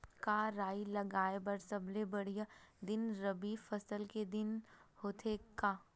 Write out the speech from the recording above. का राई लगाय बर सबले बढ़िया दिन रबी फसल के दिन होथे का?